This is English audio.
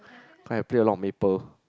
cause I play a lot of maple